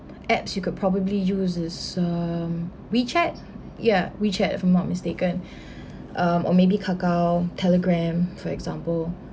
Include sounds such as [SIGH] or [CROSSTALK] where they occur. apps you could probably use is um wechat ya wechat if I'm not mistaken [BREATH] um or maybe kakao telegram for example